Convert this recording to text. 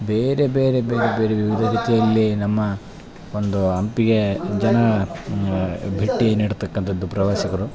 ಬೇರೆ ಬೇರೆ ಬೇರೆ ಬೇರೆ ವಿವಿಧ ರೀತಿಯಲ್ಲಿ ನಮ್ಮ ಒಂದು ಹಂಪಿಗೆ ಜನ ಭೇಟಿ ನೀಡ್ತಕ್ಕಂಥದ್ದು ಪ್ರವಾಸಿಗರು